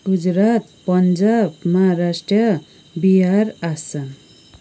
Gujarat Punjab Maharashtra Bihar Assam